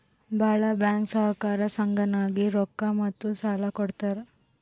ಭಾಳ್ ಬ್ಯಾಂಕ್ ಸಹಕಾರ ಸಂಘನಾಗ್ ರೊಕ್ಕಾ ಮತ್ತ ಸಾಲಾ ಕೊಡ್ತಾರ್